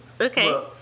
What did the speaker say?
okay